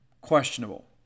questionable